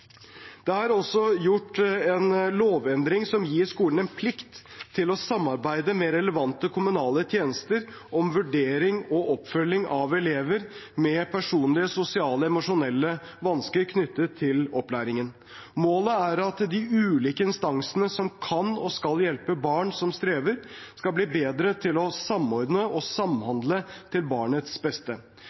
Det er også gjort en lovendring som gir skolen en plikt til å samarbeide med relevante kommunale tjenester om vurdering og oppfølging av elever med personlige, sosiale og emosjonelle vansker knyttet til opplæringen. Målet er at de ulike instansene som kan og skal hjelpe barn som strever, skal bli bedre til å samordne og samhandle til barnets beste.